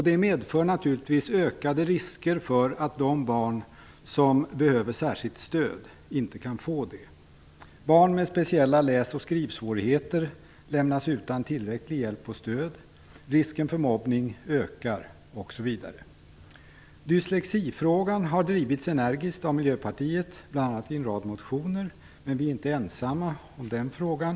Detta medför naturligtvis ökade risker för att de barn som behöver särskilt stöd inte kan få det. Barn med speciella läs och skrivsvårigheter lämnas utan tillräcklig hjälp och tillräckligt stöd. Risken för mobbning ökar osv. Dyslexifrågan har drivits energiskt av Miljöpartiet bl.a. i en rad motioner. Men vi är inte ensamma om den frågan.